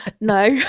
no